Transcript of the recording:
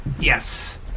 Yes